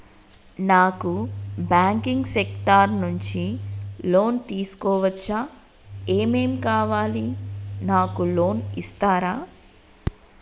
నాకు banking sector నుంచి loan తీసుకోవచ్చా? ఏమేం కావాలి? నాకు లోన్ ఇస్తారా?